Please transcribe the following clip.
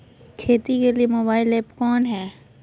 खेती के लिए मोबाइल ऐप कौन है?